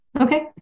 Okay